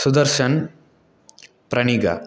Sudarshan Pranika